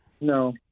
no